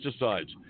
pesticides